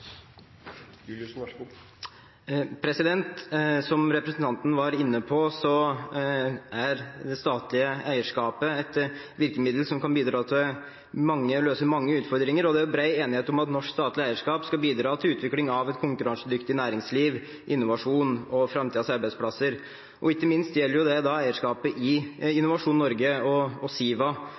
det statlige eierskapet et virkemiddel som kan bidra til å løse mange utfordringer, og det er bred enighet om at norsk statlig eierskap skal bidra til utvikling av et konkurransedyktig næringsliv, innovasjon og framtidas arbeidsplasser, og ikke minst gjelder det eierskapet i Innovasjon Norge og Siva,